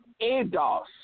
EDOS